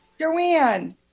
Joanne